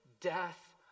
death